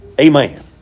Amen